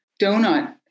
Donut